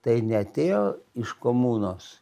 tai neatėjo iš komunos